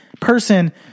person